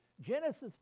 Genesis